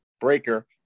Breaker